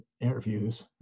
interviews